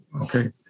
Okay